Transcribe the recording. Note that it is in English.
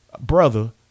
brother